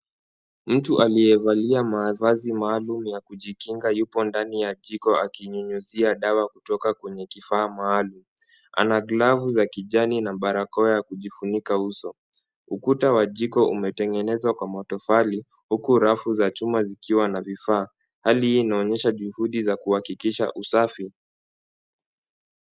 Mtu aliyevalia mavazi maalum ya kujikinga yupo ndani ya jiko akinyunyuzia dawa kutoka kwenye kifaa maalum. Ana glavu za kijani na barakoa ya kujifunika uso. Ukuta wa jiko umetengenezwa kwa matofali huku rafu za chuma zikiwa na vifaa. Hali hii inaonyesha juhudi za kuhakikisha usafi.